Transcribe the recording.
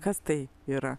kas tai yra